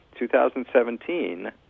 2017